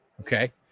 Okay